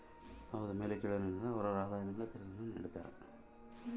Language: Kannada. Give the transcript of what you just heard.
ತೆರಿಗೆಯಲ್ಲಿ ಮೇಲು ಕೀಳು ಅನ್ನೋದ್ ಏನಿಲ್ಲ ಎಲ್ಲರಿಗು ಅವರ ಅವರ ಆದಾಯದ ಮೇಲೆ ತೆರಿಗೆಯನ್ನ ಕಡ್ತಾರ